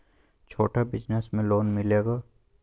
छोटा बिजनस में लोन मिलेगा?